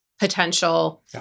potential